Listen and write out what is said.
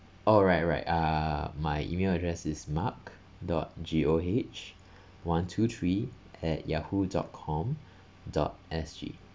oh right right uh my email address is mark dot G O H one two three at yahoo dot com dot S G